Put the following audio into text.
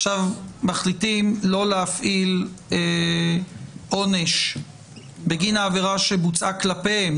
עכשיו מחליטים לא להפעיל עונש בגין העבירה שבוצעה כלפיהם.